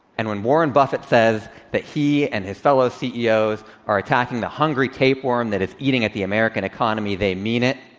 and when warren buffett says that he and his fellow ceos are attacking the hungry tapeworm that is eating at the american economy, they mean it.